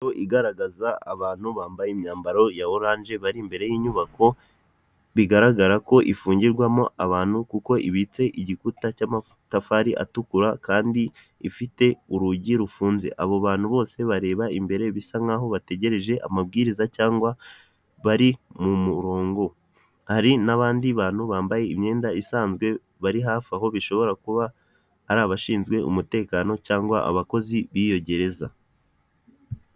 Inyubako igaragaza abantu bambaye imyambaro ya orange bari imbere y'inyubako, bigaragara ko ifungirwamo abantu kuko ibitse igikuta cy'amatafari atukura kandi ifite urugi rufunze, abo bantu bose bareba imbere bisa nkaho bategereje amabwiriza cyangwa bari mu murongo, hari n'abandi bantu bambaye imyenda isanzwe bari hafi aho bishobora kuba ari abashinzwe umutekano cyangwa abakozi b'iyo gereza.